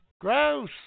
Gross